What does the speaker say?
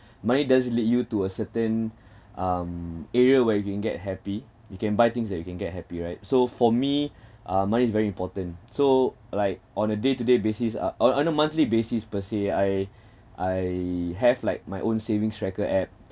money does lead you to a certain um area where you can get happy you can buy things that you can get happy right so for me uh money is very important so like on a day-to-day basis uh on on a monthly basis per say I I have like my own savings tracker app